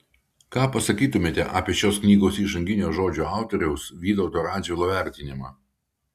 ką pasakytumėte apie šios knygos įžanginio žodžio autoriaus vytauto radžvilo vertinimą